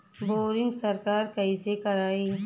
Boring सरकार कईसे करायी?